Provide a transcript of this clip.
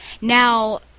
Now